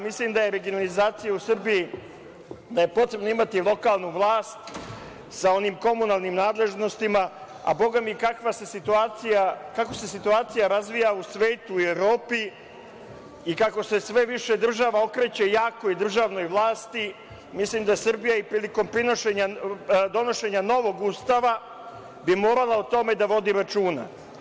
Mislim da je regionalizacija u Srbiji, da je potrebno imati lokalnu vlast sa onim komunalnim nadležnostima, a bogami i kako se situacija razvija u svetu i Evropi i kako se sve više država okreće jakoj državnoj vlasti, mislim da bi Srbija i prilikom donošenja novog ustava morala da vodi računa.